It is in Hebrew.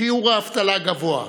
שיעור האבטלה גבוה,